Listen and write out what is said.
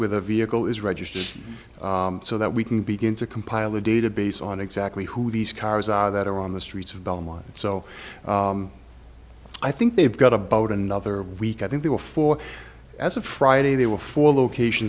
with a vehicle is registered so that we can begin to compile a database on exactly who these cars are that are on the streets of belmont so i think they've got about another week i think they were for as of friday they were four location